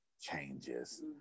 changes